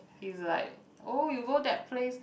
he's like oh you go that place